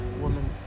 woman